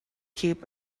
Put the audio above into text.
keep